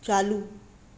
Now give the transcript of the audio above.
चालू